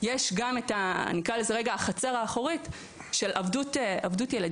יש גם את ה- ׳חצר האחורית׳ של עבדות ילדים,